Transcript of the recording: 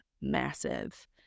massive